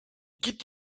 quitte